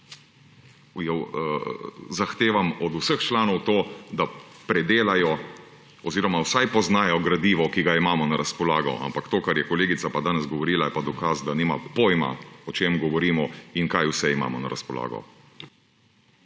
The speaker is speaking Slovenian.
zahtevam od vseh članov to, da predelajo oziroma vsaj poznajo gradivo, ki ga imamo na razpolago. To, kar je kolegica danes govorila, je pa dokaz, da nima pojma, o čem govorimo in kaj vse imamo na razpolago.